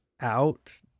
out